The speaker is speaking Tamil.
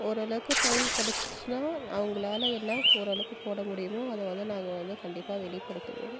ஓரளவுக்கு டைம் கெடச்சிச்சின்னால் அவங்களால என்ன ஓரளவுக்கு போட முடியுமோ அதை வந்து நாங்கள் வந்து கண்டிப்பாக வெளிப்படுத்துவோம்